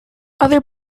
other